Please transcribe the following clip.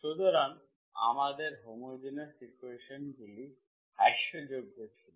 সুতরাং আমাদের হোমোজেনিয়াস ইকুয়েশন্সগুলি হ্রাসযোগ্য ছিল